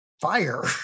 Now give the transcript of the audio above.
fire